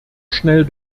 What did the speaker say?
schnell